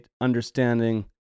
understanding